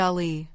Ali